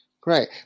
Great